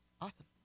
Awesome